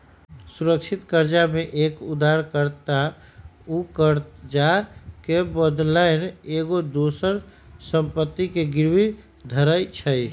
सुरक्षित करजा में एक उद्धार कर्ता उ करजा के बदलैन एगो दोसर संपत्ति के गिरवी धरइ छइ